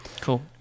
Cool